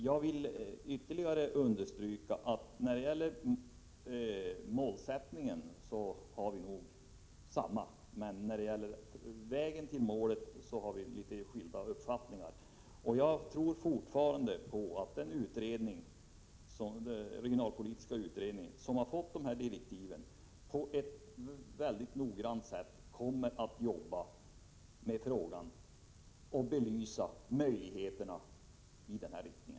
Jag vill ännu en gång understryka att vi nog är överens om målet. Men när det gäller sättet att uppnå detta mål har vi något skilda uppfattningar. Jag tror fortfarande att den regionalpolitiska utredningen — med tanke på de direktiv som den har fått — mycket noggrant kommer att jobba med frågan och att den kommer att belysa möjligheterna till en utveckling i nämnda riktning.